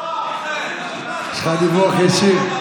יש לך דיווח ישיר.